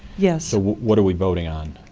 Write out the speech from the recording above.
yes. so what are we voting on?